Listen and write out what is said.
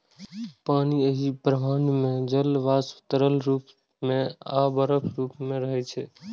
पानि एहि ब्रह्मांड मे जल वाष्प, तरल रूप मे आ बर्फक रूप मे रहै छै